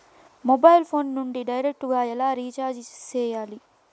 mobile phone నుండి direct గా ఎలా రీచార్జి సేయాలి